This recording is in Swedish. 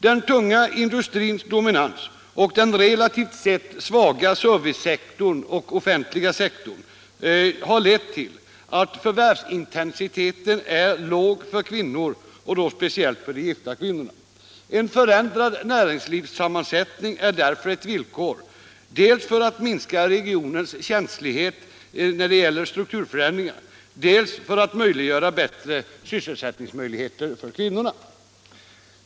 Den tunga industrins dominans och servicesektorns och den offentliga sektorns relativt lilla omfattning har lett till att förvärvsintensiteten är låg för kvinnor, speciellt för de gifta kvinnorna. En förändrad näringslivssammansättning är därför ett villkor för att dels minska regionens känslighet för strukturförändringar, dels möjliggöra bättre sysselsättningsmöjligheter för kvinnor.